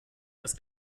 das